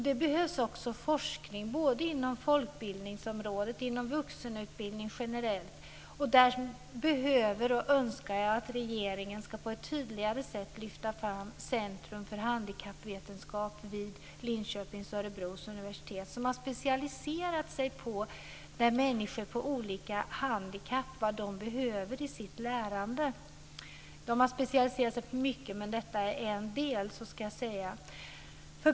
Det behövs också forskning både inom folkbildningsområdet och inom vuxenutbildningen generellt. Där önskar jag att regeringen på ett tydligare sätt ska lyfta fram Centrum för handikappvetenskap vid Linköpings och Örebros universitet, som har specialiserat sig på vad människor med olika handikapp behöver i sitt lärande. De har specialiserat sig på mycket men detta är en del - så ska jag säga.